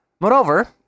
Moreover